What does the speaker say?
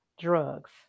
drugs